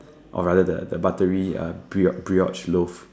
or rather the buttery uh bri~ brioche loaf